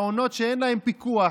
מעונות שאין להם פיקוח,